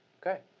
Okay